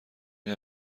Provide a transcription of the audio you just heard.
این